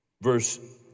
Verse